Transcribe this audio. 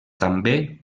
també